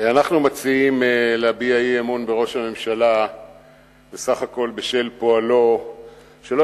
אנחנו מציעים להביע אי-אמון בראש הממשלה בסך הכול בשל פועלו שלא